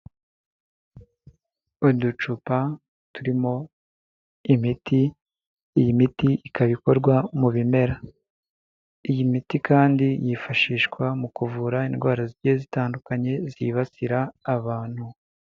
Uducupa turimo imiti, iyi miti ikaba ikorwa mu bimera. Iyi miti kandi yifashishwa mu kuvura indwara zigiye zitandukanye zibasira abantu.